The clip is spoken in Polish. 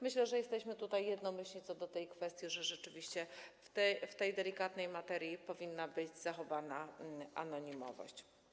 Myślę, że jesteśmy jednomyślni co do tej kwestii, że rzeczywiście w tej delikatnej materii powinna być zachowana anonimowość.